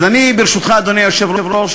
אז אני, ברשותך, אדוני היושב-ראש,